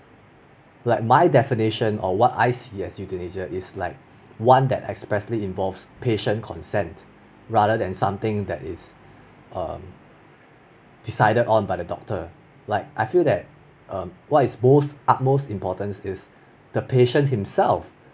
like my definition or what I see euthanasia is like one that expressly involves patient consent rather than something that is um something decided on by the doctor like I feel that um what is most utmost is patient himself